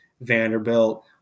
Vanderbilt